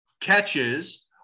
catches